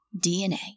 DNA